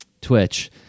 Twitch